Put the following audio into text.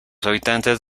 habitantes